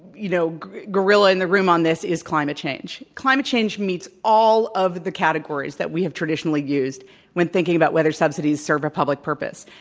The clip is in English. you know, gorilla in the room on this is climate change. climate change meets all of the categories that we have traditionally used when thinking about whethersubsidies serve a public purpose.